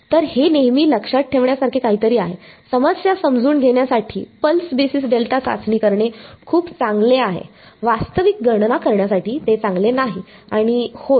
तर हे नेहमी लक्षात ठेवण्यासारखे काहीतरी आहे समस्या समजून घेण्यासाठी पल्स बेसिस डेल्टा चाचणी करणे खूप चांगले आहे वास्तविक गणना करण्यासाठी ते चांगले नाही आणि होय